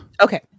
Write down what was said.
Okay